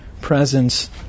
presence